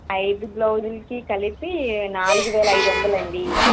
ఐదు బ్లౌజులకి కలిపి నాలుగు వేల అయిదు వందలండి